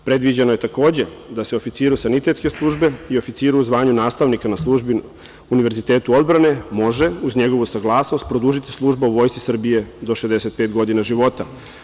Predviđeno je takođe da se oficiru sanitetske službe i oficiru zvanja nastavnika na službi u Univerzitetu odbrane može uz njegovu saglasnost produžiti služba u Vojsci Srbije do 65 godina života.